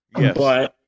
Yes